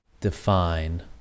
define